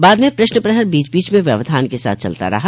बाद में प्रश्न पहर बीच बीच में व्यवधान के साथ चलता रहा